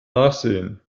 nachsehen